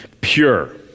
pure